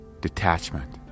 Detachment